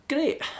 great